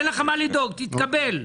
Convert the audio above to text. תתקבל.